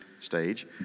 stage